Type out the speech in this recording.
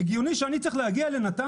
האם זה הגיוני להגיע לנתניה,